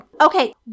Okay